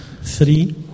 three